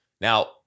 Now